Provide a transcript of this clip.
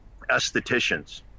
estheticians